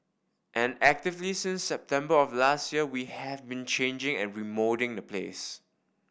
and actively since September of last year we have been changing and remoulding the place